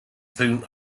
through